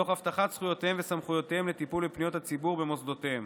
תוך הבטחת זכויותיהם וסמכויותיהם לטיפול בפניות הציבור במוסדותיהם,